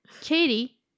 katie